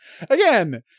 Again